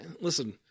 listen